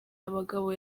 abagabo